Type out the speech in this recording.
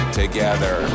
together